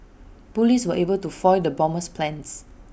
Police were able to foil the bomber's plans